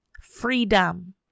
freedom